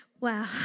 wow